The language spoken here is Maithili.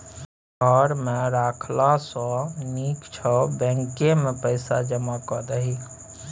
घर मे राखला सँ नीक छौ बैंकेमे पैसा जमा कए दही